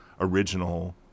original